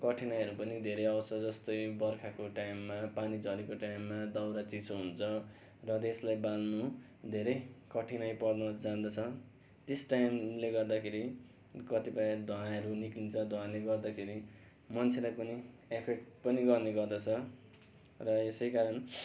कठिनाइहरू पनि धेरै आउँछ जस्तै बर्खाको टाइममा पानी झरीको टाइममा दाउरा चिसो हुन्छ र त्यसलाई बाँध्नु धेरै कठिनाइ पर्नु जाँदछ त्यस टाइमले गर्दाखेरि कतिपय धुवाँहरू निस्कन्छ धुवाँले गर्दाखेरि मान्छेलाई पनि एफेक्ट पनि गर्ने गर्दछ र यसै कारण